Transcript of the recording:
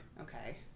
Okay